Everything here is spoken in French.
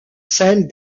celle